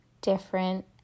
different